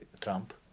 Trump